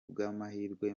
bw’amahirwe